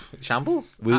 shambles